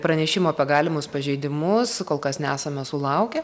pranešimų apie galimus pažeidimus kol kas nesame sulaukę